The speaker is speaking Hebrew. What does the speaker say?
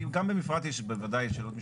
כי גם במפרט יש בוודאי שאלות משפטיות.